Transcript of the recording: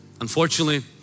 Unfortunately